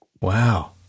Wow